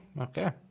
okay